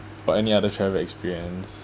about any other travel experience